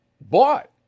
Bought